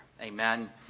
Amen